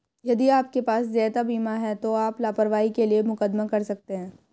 यदि आपके पास देयता बीमा है तो आप लापरवाही के लिए मुकदमा कर सकते हैं